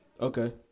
Okay